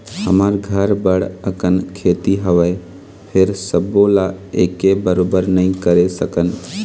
हमर घर बड़ अकन खेती हवय, फेर सबो ल एके बरोबर नइ करे सकन